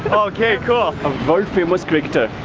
okay, cool! a world famous greg turr.